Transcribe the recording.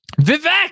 Vivek